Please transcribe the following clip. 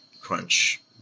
crunch